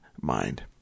mind